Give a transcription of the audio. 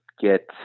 get